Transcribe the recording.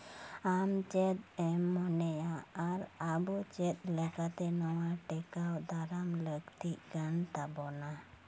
ᱟᱢ ᱪᱮᱫ ᱮᱢ ᱢᱚᱱᱮᱭᱟ ᱟᱨ ᱟᱵᱚ ᱪᱮᱫ ᱞᱮᱠᱟᱛᱮ ᱱᱚᱣᱟ ᱴᱮᱠᱟᱣ ᱫᱟᱨᱟᱢ ᱞᱟᱹᱠᱛᱤᱜ ᱠᱟᱱ ᱛᱟᱵᱚᱱᱟ